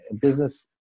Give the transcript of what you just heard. Business